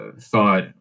thought